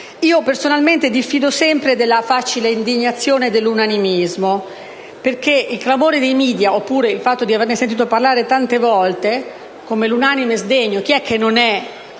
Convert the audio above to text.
Personalmente, diffido sempre della facile indignazione e dell'unanimismo, perché il clamore dei *media*, il fatto di averne sentito parlare tante volte e l'unanime sdegno (chi è infatti